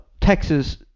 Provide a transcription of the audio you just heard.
Texas